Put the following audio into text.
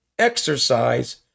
exercise